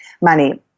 money